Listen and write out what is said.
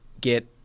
get